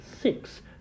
six